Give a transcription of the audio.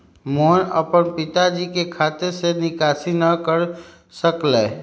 मोहन अपन पिताजी के खाते से निकासी न कर सक लय